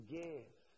give